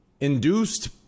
induced